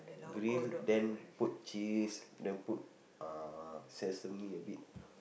grill then put cheese then put uh sesame a bit